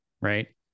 right